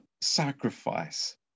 sacrifice